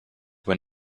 when